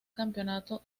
campeonato